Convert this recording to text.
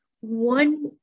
One